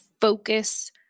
focus